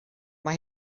mae